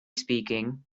speaking